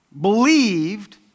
believed